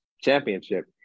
championship